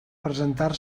presentar